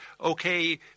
Okay